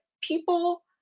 people